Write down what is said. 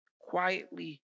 quietly